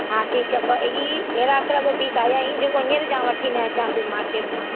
हा ठीकु आहे ॿ हीउ अहिड़ा हिकिड़ा ॿ पीस आया आहिनि जेको हींअर जामु वठी न अचां पइ मार्केट मां